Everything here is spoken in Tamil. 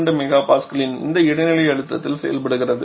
32 MPa இன் இந்த இடைநிலை அழுத்தத்தில் செயல்படுகிறது